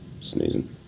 sneezing